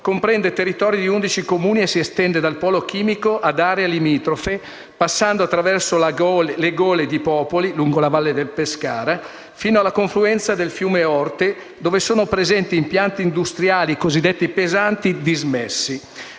comprende i territori di 11 Comuni e si estende dal polo chimico ad aree limitrofe, passando attraverso le Gole di Popoli, lungo la Valle del Pescara, fino alla confluenza del fiume Orte, dove sono presenti impianti industriali dismessi.